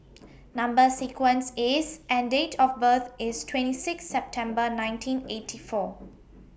Number sequence IS and Date of birth IS twenty six September nineteen eighty four